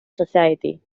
society